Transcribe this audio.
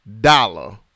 Dollar